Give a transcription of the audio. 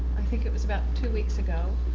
i think it was about two weeks ago.